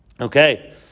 Okay